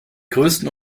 größten